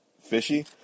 fishy